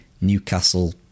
Newcastle